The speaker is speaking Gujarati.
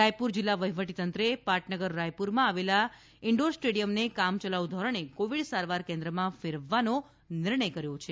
રાયપુર જિલ્લા વહીવટીતંત્રે પાટનગર રાયપુરમાં આવેલા ઇનડોર સ્ટેડિયમને કામચલાઉ ધોરણે કોવિડ સારવાર કેન્દ્રમાં ફેરવવાનો નિર્ણય લીધો છે